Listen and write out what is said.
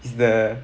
is the